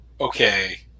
okay